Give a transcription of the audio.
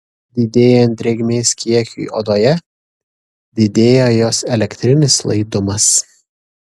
didėjant drėgmės kiekiui odoje didėja jos elektrinis laidumas